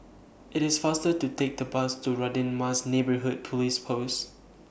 IT IS faster to Take The Bus to Radin Mas Neighbourhood Police Post